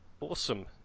awesome